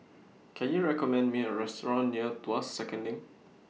Can YOU recommend Me A Restaurant near Tuas Second LINK